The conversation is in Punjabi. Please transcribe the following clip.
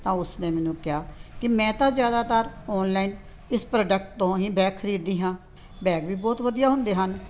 ਤਾਂ ਉਸ ਨੇ ਮੈਨੂੰ ਕਿਹਾ ਕਿ ਮੈਂ ਤਾਂ ਜ਼ਿਆਦਾਤਰ ਔਨਲਾਈਨ ਇਸ ਪ੍ਰੋਡਕਟ ਤੋਂ ਹੀ ਬੈਗ ਖਰੀਦਦੀ ਹਾਂ ਬੈਗ ਵੀ ਬਹੁਤ ਵਧੀਆ ਹੁੰਦੇ ਹਨ